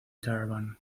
durban